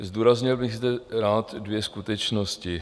Zdůraznil bych zde rád dvě skutečnosti.